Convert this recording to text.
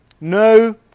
no